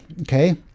Okay